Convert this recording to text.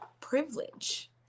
privilege